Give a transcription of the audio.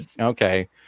okay